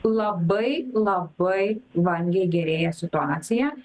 labai labai vangiai gerėja situacija